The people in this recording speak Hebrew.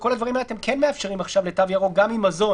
בכל הדברים האלה אתם כן מאפשרים עכשיו לתו ירוק גם עם מזון,